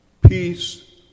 Peace